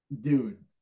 Dude